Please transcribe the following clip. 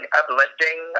uplifting